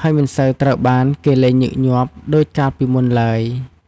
ហើយមិនសូវត្រូវបានគេលេងញឹកញាប់ដូចកាលពីមុនឡើយ។